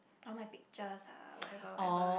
all my pictures ah whatever whatever whatever